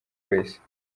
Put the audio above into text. wese